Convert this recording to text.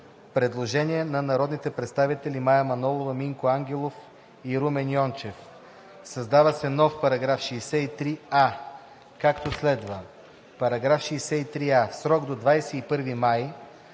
Предложение на народните представители Мая Манолова, Минко Ангелов и Румен Йончев: Създава се нов § 63а, както следва: „§ 63а (1) В срок до 21 май